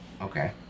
Okay